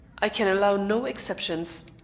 i can allow no exceptions.